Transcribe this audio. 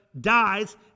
dies